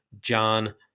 John